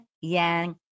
Yang